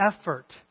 effort